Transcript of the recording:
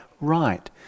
right